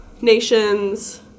nations